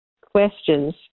questions